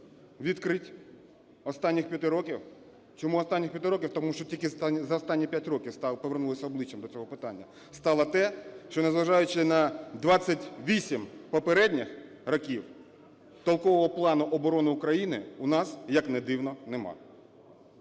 відкриттів останніх 5 років, чому останніх 5 років, тому що тільки за останні 5 років повернулися обличчям до цього питання, стало те, що, незважаючи на 28 попередніх років, толкового плану оборони України у нас, як не дивно, нема.